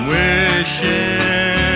wishing